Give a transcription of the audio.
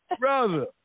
brother